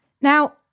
Now